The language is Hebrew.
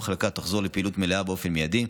המחלקה תחזור לפעילות מלאה באופן מיידי.